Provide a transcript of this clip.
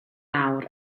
lawr